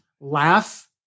laugh